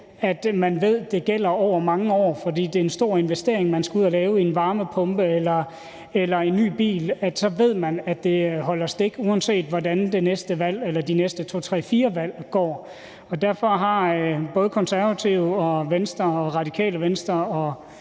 at man ved at aftalerne gælder i mange år, for det er en stor investering, man skal ud og lave til f.eks. en varmepumpe eller en ny bil; at man ved, at det holder stik, uanset hvordan de næste to, tre, fire valg går. Derfor har både De Konservative, Venstre, Radikale Venstre,